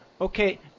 Okay